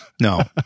No